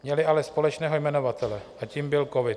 Měly ale společného jmenovatele a tím byl covid.